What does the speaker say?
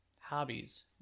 Hobbies